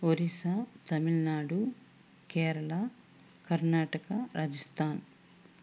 Orissa Tamil Nadu Kerala Karnataka Rajasthan